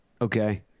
Okay